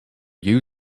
you